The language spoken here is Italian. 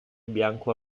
bianco